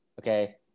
okay